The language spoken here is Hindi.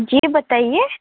जी बताइए